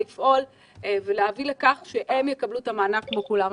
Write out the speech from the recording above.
לפעול ולהביא לכך שהם יקבלו את המענק כמו כולם.